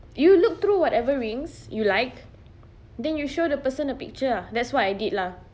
you look through whatever rings you like then you show the person the picture ah that's what I did lah